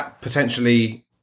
potentially